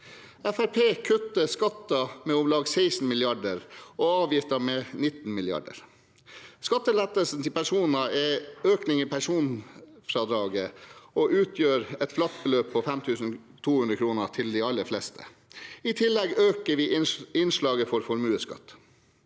kutter skatter med om lag 16 mrd. kr og avgifter med 19 mrd. kr. Skattelettelsen til personer er økning i personfradraget og utgjør et flatt beløp på 5 200 kr til de aller fleste. I tillegg øker vi innslaget for formueskatt.